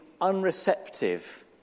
unreceptive